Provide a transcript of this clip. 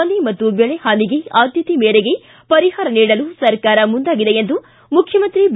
ಮನೆ ಮತ್ತು ಬೆಳೆ ಹಾನಿಗೆ ಆದ್ದತೆ ಮೇರೆಗೆ ಪರಿಹಾರ ನೀಡಲು ಸರ್ಕಾರ ಮುಂದಾಗಿದೆ ಎಂದು ಮುಖ್ಯಮಂತ್ರಿ ಬಿ